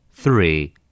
Three